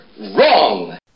Wrong